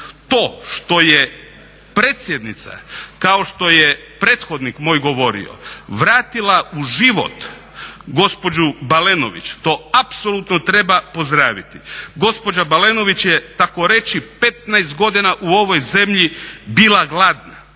To što je predsjednica kao što je prethodnik moj govorio vratila u život gospođu Balenović to apsolutno treba pozdraviti. Gospođa Balenović je tako reći 15 godina u ovoj zemlji bila gladna,